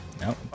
No